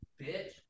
bitch